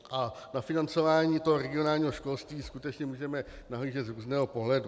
A na financování regionálního školství skutečně můžeme nahlížet z různého pohledu.